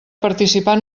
participant